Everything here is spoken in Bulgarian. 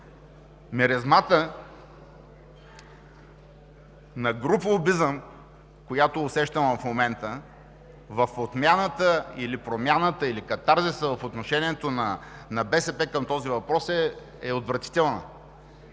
Миризмата на груб лобизъм, която усещам в момента в отмяната или промяната, или катарзиса в отношението на БСП към този въпрос е отвратителна.